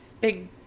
big